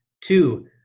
Two